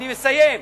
אני אסיים.